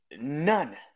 none